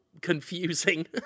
confusing